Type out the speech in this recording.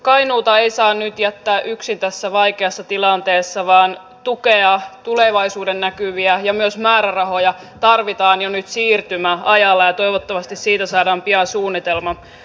kainuuta ei saa nyt jättää yksin tässä vaikeassa tilanteessa vaan tuetaan tulevaisuuden näkymiä ja myös määrärahoja tarvitaan jo nyt siirtymäajalla ja toivottavasti siitä saadaan pian suunnitelma